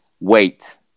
wait